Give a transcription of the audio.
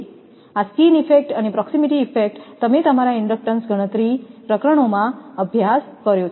આ skin effect અને proximity effect તમે તમારા ઇન્ડક્ટન્સ ગણતરી પ્રકરણોમાં અભ્યાસ કર્યો છે